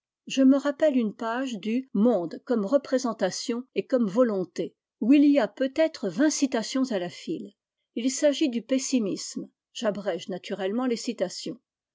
je me rappelle une page du monde comme représentation et comme volonté où il y a peut-être vingt citations à la file il s'agit du pessimisme